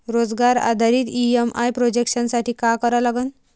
रोजगार आधारित EMI projection साठी का करा लागन?